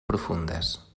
profundes